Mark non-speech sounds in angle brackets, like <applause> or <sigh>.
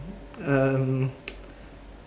um <noise>